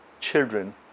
children